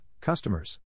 Customers